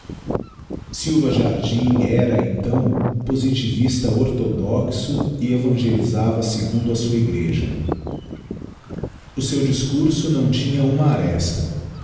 silva jardim era então positivista orthodoxo e evangelisava segundo a sua igreja o seu discurso não tinha unia aresta